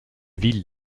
ville